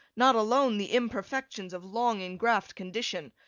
not alone the imperfections of long-ingraffed condition,